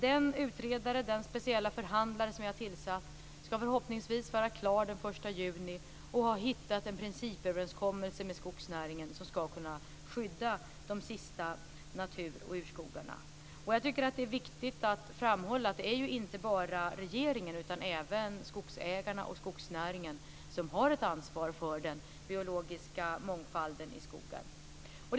Den speciella förhandlare som vi har tillsatt skall förhoppningsvis vara klar den 1 juni och ha hittat en principöverenskommelse med skogsnäringen som skall kunna skydda de sista natur och urskogarna. Jag tycker att det är viktigt att framhålla att det inte bara är regeringen som har ett ansvar för den biologiska mångfalden i skogen. Även skogsägarna och skogsnäringen har ett ansvar för detta.